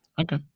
Okay